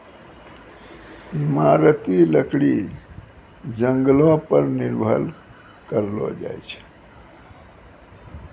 इमारती लकड़ी जंगलो पर निर्भर करलो जाय छै